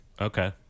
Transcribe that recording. Okay